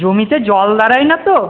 জমিতে জল দাঁড়ায় না তো